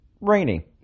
rainy